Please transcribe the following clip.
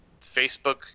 facebook